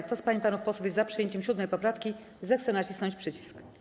Kto z pań i panów posłów jest za przyjęciem 7. poprawki, zechce nacisnąć przycisk.